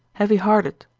heavy hearted,